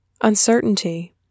uncertainty